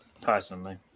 Personally